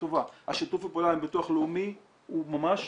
טובה שיתוף הפעולה עם ביטוח לאומי הוא ממש